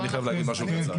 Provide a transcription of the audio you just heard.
אני חייב להגיד משהו קצר.